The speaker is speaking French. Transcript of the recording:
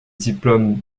diplômes